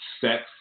sex